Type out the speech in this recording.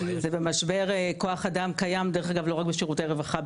זה במשבר כוח אדם קיים לא רק בשירותי רווחה,